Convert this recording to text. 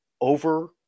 over-